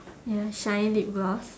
ya shine lip gloss